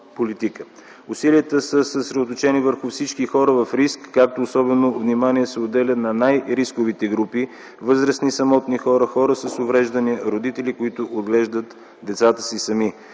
Усилията са съсредоточени върху всички хора в риск, като особено внимание се отделя на най-рисковите групи – възрастни самотни хора, хора с увреждания, родители, които отглеждат децата си сами.